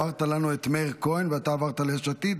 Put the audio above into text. העברת לנו את מאיר כהן ואתה עברת ליש עתיד?